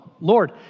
Lord